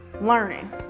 learning